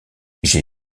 j’ai